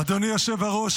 אדוני היושב-ראש,